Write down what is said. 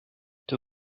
too